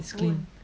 it's clean